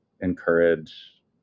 encourage